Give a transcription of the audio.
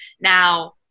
Now